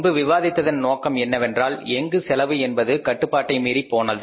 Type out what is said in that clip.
முன்பு விவாதித்ததன் நோக்கம் என்னவென்றால் எங்கு செலவு என்பது கட்டுப்பாட்டை மீறி போனது